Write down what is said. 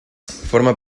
forma